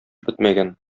бетмәгән